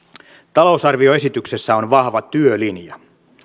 talousarvioesityksessä on vahva työlinja